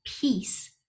peace